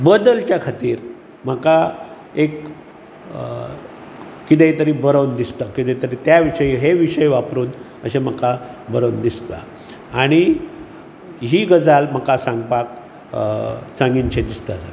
बदलच्या खातीर म्हाका एक कितें तरी बरयन दिसता त्या विशयी हे विशय वापरून अशें म्हाका बरोवप दिसता आनी ही गजाल म्हाका सांगपाक सांगीनशें दिसता सगळ्यांक